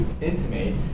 intimate